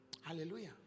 Hallelujah